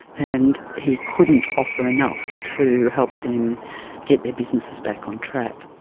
and he couldn't offer enough to help them get their businesses back on track.